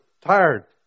tired